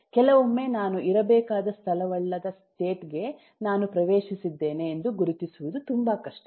ಕೆಲವೊಮ್ಮೆ ನಾನು ಇರಬೇಕಾದ ಸ್ಥಳವಲ್ಲದ ಸ್ಟೇಟ್ ಗೆ ನಾನು ಪ್ರವೇಶಿಸಿದ್ದೇನೆ ಎಂದು ಗುರುತಿಸುವುದು ತುಂಬಾ ಕಷ್ಟ